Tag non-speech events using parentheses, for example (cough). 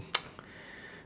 (noise)